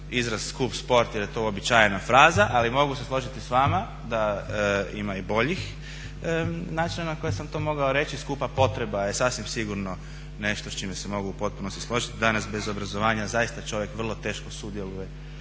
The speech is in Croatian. izraz skup sport jer je to uobičajena fraza, ali mogu se složiti s vama da ima i boljih načina na koje sam to mogao reći. Skupa potreba je sasvim sigurno nešto s čime se mogu u potpunosti složiti. Danas bez obrazovanja zaista čovjek vrlo teško sudjeluje